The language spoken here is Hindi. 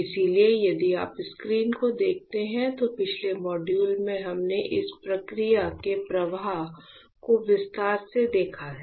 इसलिए यदि आप स्क्रीन को देखते हैं तो पिछले मॉड्यूल में हमने इस प्रक्रिया के प्रवाह को विस्तार से देखा है